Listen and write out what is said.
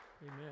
Amen